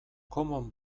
common